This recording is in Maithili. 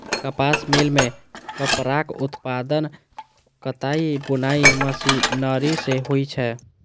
कपास मिल मे कपड़ाक उत्पादन कताइ बुनाइ मशीनरी सं होइ छै